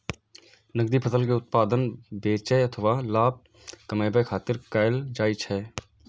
नकदी फसल के उत्पादन बेचै अथवा लाभ कमबै खातिर कैल जाइ छै